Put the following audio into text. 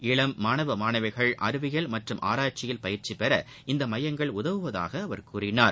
இளம் மாணவ மாணவிகள் அறிவியல் மற்றும் ஆராய்ச்சியில் பயிற்சி பெற இந்த மையங்கள் உதவுவதாக அவர் கூறினார்